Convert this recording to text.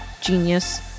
genius